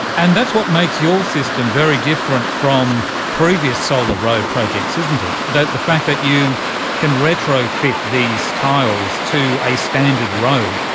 and that's what makes your system very different from previous solar road projects, isn't it, the the fact that you can retrofit these tiles to a standard wrote.